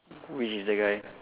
which is the guy